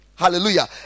hallelujah